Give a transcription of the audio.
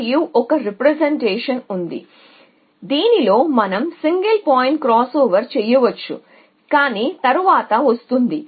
మరియు ఒక రీప్రెజెంటేషన్ ఉంది దీనిలో మనం సింగిల్ పాయింట్ క్రాస్ ఓవర్ చేయవచ్చు కాని తరువాత వస్తుంది